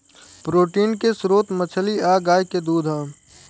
protein के स्त्रोत मछली आ गाय के दूध ह